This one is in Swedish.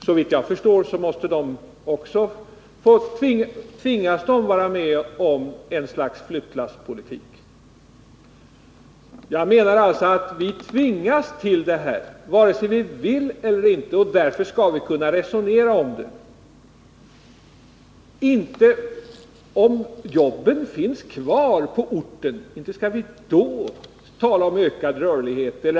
Såvitt jag förstår måste de också vara med om ett slags flyttlasspolitik. Jag menar alltså att människor tvingas att flytta, vare sig vi vill eller inte. Därför skall vi kunna resonera om det. Om jobben finns kvar på orten, inte kräver vi då ökad rörlighet.